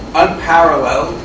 unparalleled,